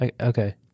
Okay